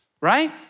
Right